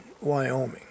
Wyoming